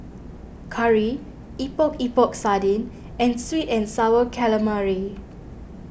Curry Epok Epok Sardin and Sweet and Sour Calamari